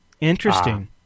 Interesting